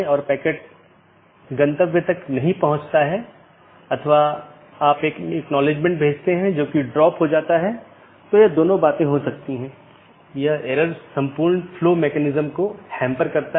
इसलिए यदि यह बिना मान्यता प्राप्त वैकल्पिक विशेषता सकर्मक विशेषता है इसका मतलब है यह बिना किसी विश्लेषण के सहकर्मी को प्रेषित किया जा रहा है